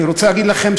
אני רוצה להגיד לכם,